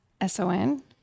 S-O-N